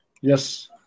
Yes